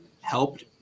helped